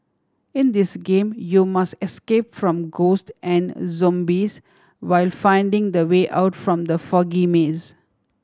in this game you must escape from ghosts and zombies while finding the way out from the foggy maze